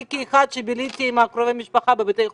אני כאחת שביליתי עם קרובי המשפחה בבתי החולים.